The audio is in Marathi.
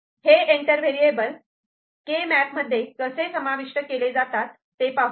हे एंटर व्हेरिएबल के मॅप मध्ये कसे समाविष्ट केले जातात ते पाहू